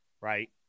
right